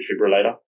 defibrillator